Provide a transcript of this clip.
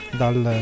dal